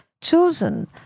chosen